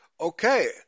Okay